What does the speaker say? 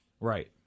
Right